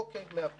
אוקיי, מאה אחוז.